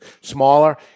smaller